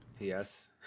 Yes